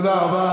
תודה רבה.